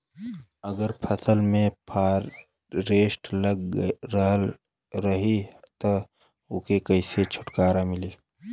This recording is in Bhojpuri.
अगर फसल में फारेस्ट लगल रही त ओस कइसे छूटकारा मिली?